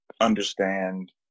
understand